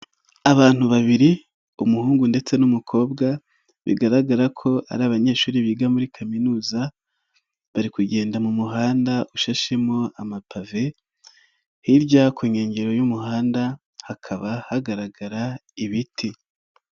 Abantu babiri umuhungu ndetse n'umukobwa bigaragara ko ari abanyeshuri biga muri kaminuza, bari kugenda mu muhanda ushashemo amapave, hirya ku nkengero y'umuhanda hakaba hagaragara ibiti.